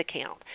account